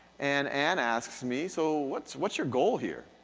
and ann asks me so, what's what's your goal here?